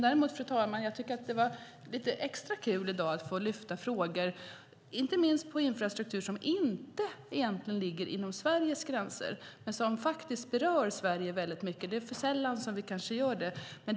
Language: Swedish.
Det har varit extra kul att här i dag få ta upp frågor som gäller infrastruktur som egentligen inte ligger inom Sveriges gränser men som ändå berör Sverige väldigt mycket. Det är kanske för sällan vi debatterar sådant.